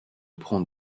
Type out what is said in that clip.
prendre